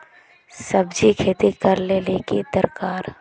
सब्जी खेती करले ले की दरकार?